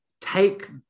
take